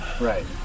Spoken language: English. Right